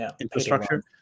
infrastructure